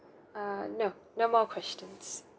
uh no no more questions